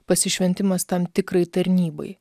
pasišventimas tam tikrai tarnybai